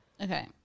okay